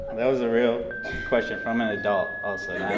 that was ah real question from an adult also,